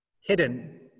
hidden